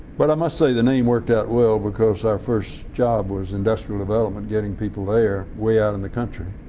but i must say the name worked out well because our first job was industrial development, getting people there way out in the country,